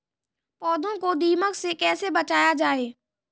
पौधों को दीमक से कैसे बचाया जाय?